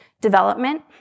development